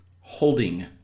holding